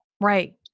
Right